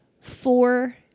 four